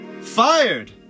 fired